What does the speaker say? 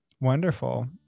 Wonderful